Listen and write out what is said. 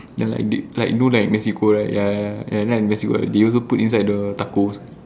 ya like you know like Mexico right ya I like Mexico they also put inside the tacos